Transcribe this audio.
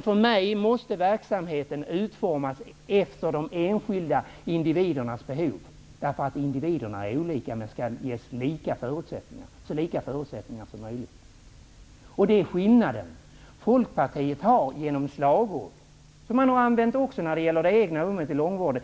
För mig måste verksamheten utformas efter de enskilda individernas behov. Individerna är olika, men skall ges så lika förutsättningar som möjligt. Det är skillnaden. Folkpartiet har använt slagord, som man använt också när det gäller det egna rummet i långvården.